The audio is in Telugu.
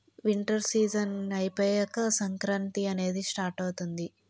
వింటర్ సీజన్ అయిపోయాక సంక్రాంతి అనేది స్టార్ట్ అవుతుంది